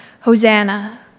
hosanna